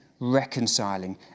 Reconciling